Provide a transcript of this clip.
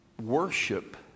Worship